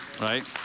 right